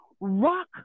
rock